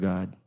God